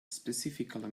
specifically